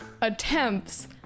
attempts